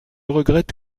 regrette